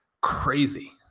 crazy